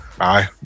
aye